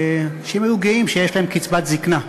שהם היו גאים שיש להם קצבת זיקנה,